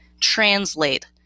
translate